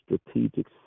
strategic